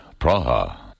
Praha